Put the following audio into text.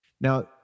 Now